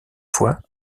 fois